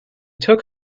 took